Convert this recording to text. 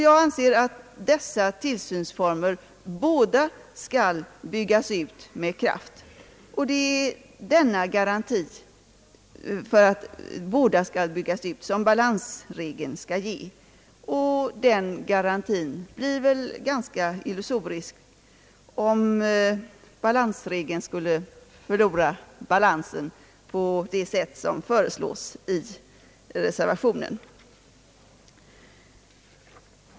Jag anser att båda dessa tillsynsformer skall byggas ut med kraft. Det är denna garanti för att båda skall byggas ut som balansregeln skall ge. Den garantin blir ganska illusorisk om balansregeln skulle förlora balansen på det sätt som föreslås i reservationen.